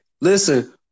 listen